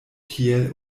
tiel